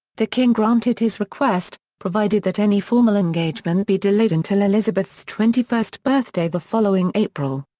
the king granted his request, provided that any formal engagement be delayed until elizabeth's twenty-first birthday the following april.